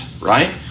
Right